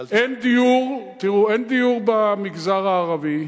תראו, אין דיור במגזר הערבי.